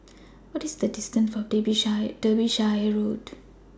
What IS The distance to Derbyshire Road